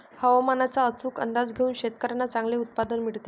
हवामानाचा अचूक अंदाज घेऊन शेतकाऱ्यांना चांगले उत्पादन मिळते